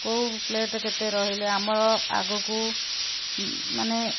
କେଉଁ ପ୍ଲେଟ୍ କେତେ ରହିଲେ ଆମର ଆଗକୁ ମାନେ